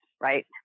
right